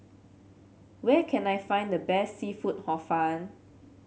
where can I find the best seafood Hor Fun